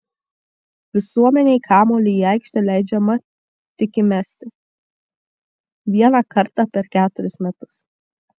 visuomenei kamuolį į aikštę leidžiama tik įmesti vieną kartą per keturis metus